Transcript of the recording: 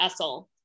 Essel